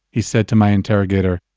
he said to my interrogator.